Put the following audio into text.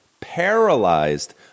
paralyzed